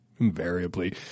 Invariably